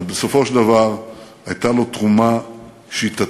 אך בסופו של דבר הייתה לו תרומה שיטתית